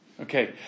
Okay